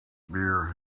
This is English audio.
beer